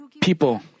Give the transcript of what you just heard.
people